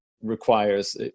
requires